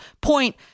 point